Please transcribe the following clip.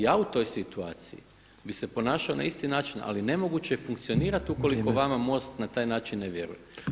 Ja u toj situaciji bi se ponašao na isti način, ali nemoguće je funkcionirati ukoliko vama Most na taj način ne vjeruje.